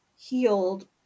healed